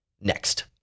next